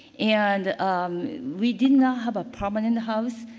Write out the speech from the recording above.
and um we did not have a permanent house.